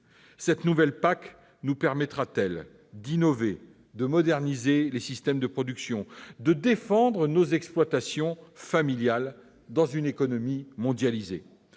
Cette nouvelle PAC nous permettra-t-elle d'innover, de moderniser les systèmes de production et de défendre nos exploitations familiales dans une économie mondialisée ?